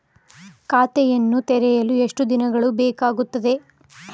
ಖಾತೆಯನ್ನು ತೆರೆಯಲು ಎಷ್ಟು ದಿನಗಳು ಬೇಕಾಗುತ್ತದೆ?